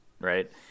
right